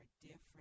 different